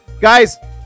Guys